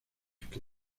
que